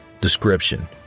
Description